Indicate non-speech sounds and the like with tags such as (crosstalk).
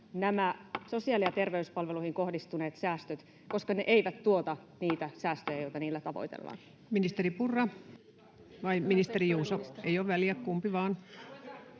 nämä sosiaali- ja terveyspalveluihin kohdistuneet säästöt, (noise) koska ne eivät tuota niitä säästöjä, joita niillä tavoitellaan? Ministeri Purra vai ministeri Juuso? Ei ole väliä, kumpi vain.